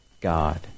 God